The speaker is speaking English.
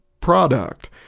product